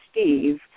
Steve